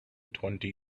twenty